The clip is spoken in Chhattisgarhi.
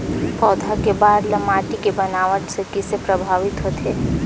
पौधा के बाढ़ ल माटी के बनावट से किसे प्रभावित होथे?